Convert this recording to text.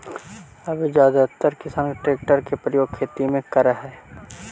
अब जादेतर किसान ट्रेक्टर के प्रयोग खेती में करऽ हई